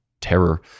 terror